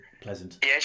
pleasant